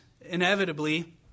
inevitably